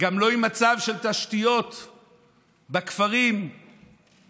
וגם לא עם מצב התשתיות בכפרים הדרוזיים,